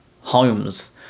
homes